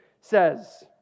says